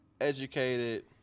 educated